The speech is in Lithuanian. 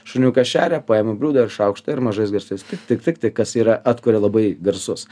šuniuką šeria paimu bliūdą ir šaukštą ir mažais garsiais tik tik tik tik kas yra atkuria labai garsus